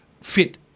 fit